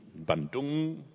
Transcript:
Bandung